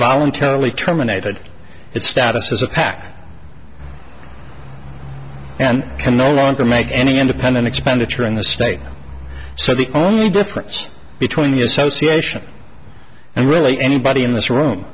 voluntarily terminated its status as a pac and can no longer make any independent expenditure in the state so the only difference between the association and really anybody in this room